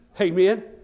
Amen